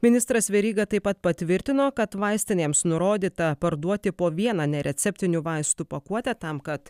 ministras veryga taip pat patvirtino kad vaistinėms nurodyta parduoti po vieną nereceptinių vaistų pakuotę tam kad